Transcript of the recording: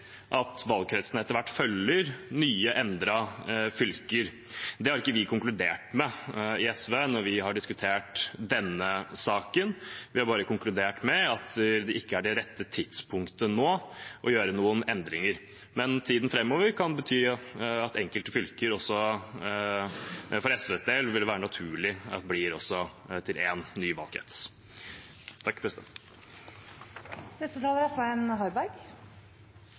at valgkretsene etter hvert følger nye, endrede fylker. Der har ikke SV konkludert når vi har diskutert denne saken; vi har bare konkludert med at det ikke nå er rett tidspunkt for å gjøre endringer. Tiden framover kan vise at det også for SVs del er naturlig at enkelte fylker blir til én ny